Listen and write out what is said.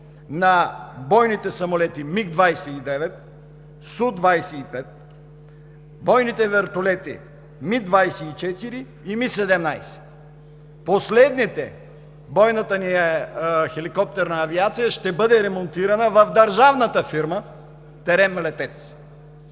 на бойните самолети МиГ-29, Су-25, бойните вертолети Ми-24 и Ми-17. Последните – бойната ни хеликоптерна авиация, ще бъдат ремонтирани в държавната фирма „ТЕРЕМ –Летец“.